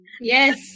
Yes